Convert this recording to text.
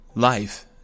Life